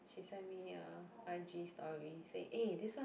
she send me a i_g story say eh this one